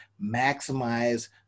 maximize